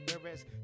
Whereas